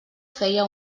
feia